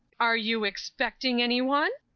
are you expecting anyone?